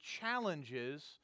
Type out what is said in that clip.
challenges